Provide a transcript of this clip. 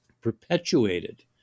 perpetuated